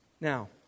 Now